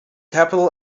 capital